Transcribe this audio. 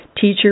teacher